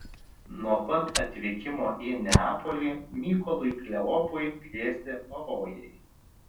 nuo pat atvykimo į neapolį mykolui kleopui grėsė pavojai